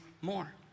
more